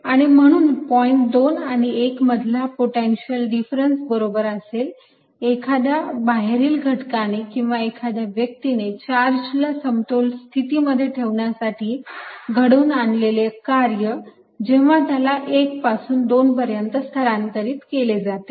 आणि म्हणून पॉईंट 2 आणि 1 मधला पोटेन्शियल डिफरन्स बरोबर असेल एखाद्या बाहेरील घटकाने किंवा एखाद्या व्यक्तीने चार्ज ला समतोल स्थितीमध्ये ठेवण्यासाठी घडवून आणलेले कार्य जेव्हा त्याला 1 पासून 2 पर्यंत स्थलांतरित केले जाते